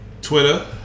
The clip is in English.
Twitter